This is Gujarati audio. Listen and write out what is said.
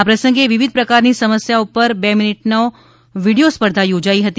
આ પ્રસંગે વિવિધ પ્રકારની સમસ્યાના પર બે મીનીટની વિડિયો સ્પર્ધા યોજાઇ હતી